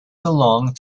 belonged